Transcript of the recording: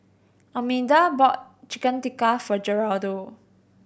Almeda bought Chicken Tikka for Geraldo